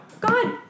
God